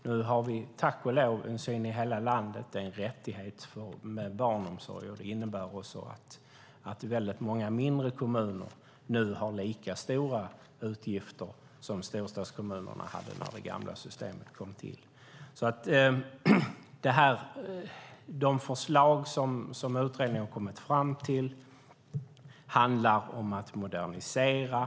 Nu har vi tack och lov en syn i hela landet att det är en rättighetsfråga med barnomsorg. Det innebär också att väldigt många mindre kommuner nu har lika stora utgifter som storstadskommunerna hade när det gamla systemet kom till. De förslag som utredningen har kommit fram till handlar om att modernisera.